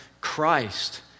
Christ